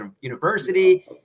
University